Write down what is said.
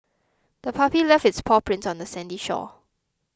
the puppy left its paw prints on the sandy shore